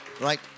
Right